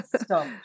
stop